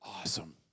awesome